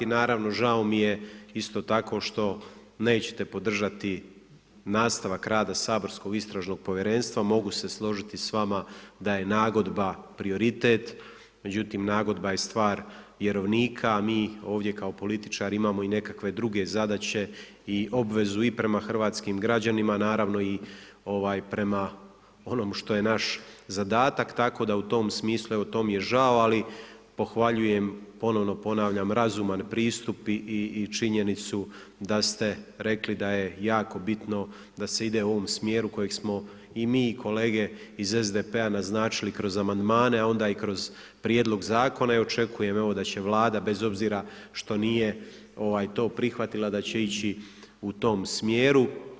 Naravno žao mi je isto tako što nećete podržati nastavak rada saborskog Istražnog povjerenstva mogu se složiti s vama da je nagodba prioritet, međutim nagodba je stvar vjerovnika, a mi ih ovdje kao političari imamo i nekakve druge zadaće i obvezu i prema Hrvatskim građanima, naravno i prema onom što je naš zadatak, tako da u tom smislu, evo to mi je žao, ali pohvaljujem ponovno ponavljam, razuman pristup i činjenicu da ste rekli da je jako bitno da se ide u ovom smjeru kojeg smo i mi i kolege iz SDP-a naznačili i kroz amandmane, a onda i kroz prijedlog zakona i očekujem da će Vlada evo bez obzira što nije to prihvatila da će ići u tom smjeru.